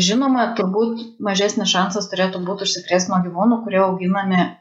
žinoma turbūt mažesnis šansas turėtų būt užsikrėst nuo gyvūnų kurie auginami